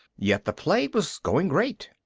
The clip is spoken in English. yes, the play was going great.